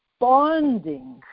bonding